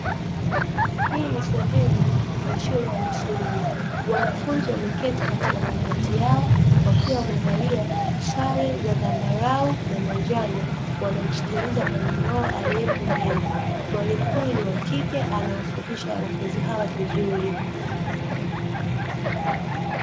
Hii ni sehemu ya shule ya msingi wanafunzi wameketi katika madawati yao wakiwa wamevalia sare za zambarau na manjano wanamsikiliza mwalimu wao aliyopo mbele, mwalimu huyu ni wa kike, anawafundisha wanafunzi hao vizuri.